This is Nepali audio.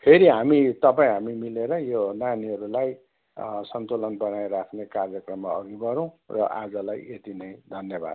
फेरि हामी तपाईँ हामी मिलेर यो नानीहरूलाई अँ सन्तुलन बनाइराख्ने कार्यक्रममा अघि बढौँ र आजलाई यति नै धन्यवाद